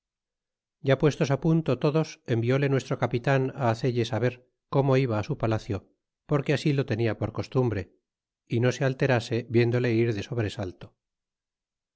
ya puestos punto todos envióle nuestro capitan hacelle saber como iba su palacio porque así lo tenia por costumbre y no se alterase viéndole ir de